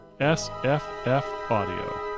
sffaudio